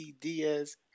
diaz